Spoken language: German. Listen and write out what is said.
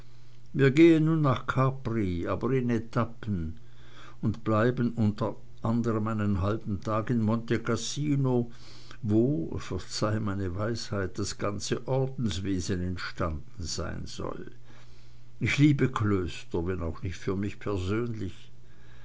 wir gehen nun nach capri aber in etappen und bleiben unter anderm einen halben tag in monte cassino wo verzeih meine weisheit das ganze ordenswesen entstanden sein soll ich liebe klöster wenn auch nicht für mich persönlich